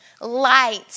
Light